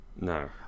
no